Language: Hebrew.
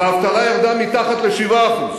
והאבטלה ירדה מתחת ל-7%.